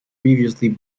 previously